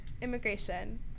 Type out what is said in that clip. Immigration